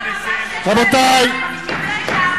חבר הכנסת נסים זאב, אני מאוד מודה לך.